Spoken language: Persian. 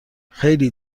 خیلی